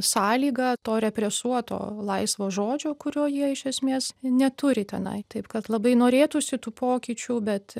sąlygą to represuoto laisvo žodžio kurio jie iš esmės neturi tenai taip kad labai norėtųsi tų pokyčių bet